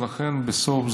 ולכן בסוף